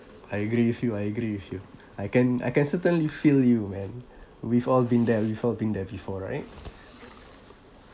I agree with you I agree with you I can I can certainly feel you man we've all been there we've all been there before right